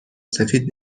سفید